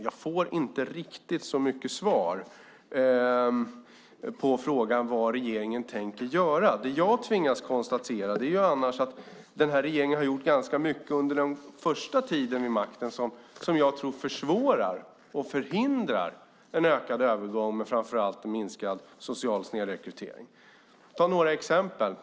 Jag får inte riktigt något svar på frågan vad regeringen tänker göra. Jag tvingas konstatera att regeringen under den första tiden vid makten har gjort ganska mycket som jag tror försvårar och förhindrar en ökad övergång och framför allt en minskad social snedrekrytering. Jag kan ge några exempel.